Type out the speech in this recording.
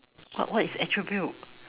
wh~ what is attribute